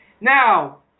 Now